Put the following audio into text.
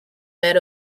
bed